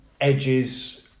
Edges